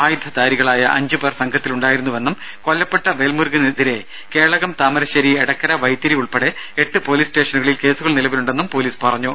ആയുധധാരികളായ അഞ്ചുപേർ സംഘത്തിലു ണ്ടായിരുന്നുവെന്നും കൊല്ലപ്പെട്ട വേൽമുരുകനെതിരെ കേളകം താമരശേരി എടക്കര വൈത്തിരി ഉൾപ്പെടെ എട്ട് പൊലീസ് സ്റ്റേഷനുകളിൽ കേസുകൾ നിലവിലുണ്ടെന്നും പൊലീസ് പറഞ്ഞു